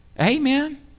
Amen